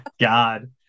God